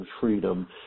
freedom